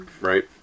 right